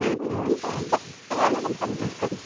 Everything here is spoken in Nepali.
ए हुन्छ हुन्छ राखेको